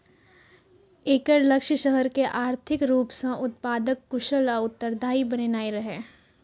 एकर लक्ष्य शहर कें आर्थिक रूप सं उत्पादक, कुशल आ उत्तरदायी बनेनाइ रहै